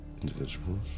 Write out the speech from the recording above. individuals